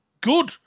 good